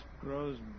grows